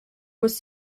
was